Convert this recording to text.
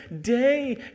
day